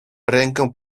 ręką